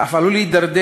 אף עלול להידרדר,